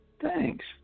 Thanks